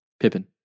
Pippin